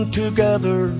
together